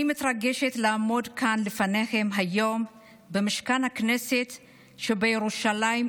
אני מתרגשת לעמוד לפניכם היום כאן במשכן הכנסת שבירושלים,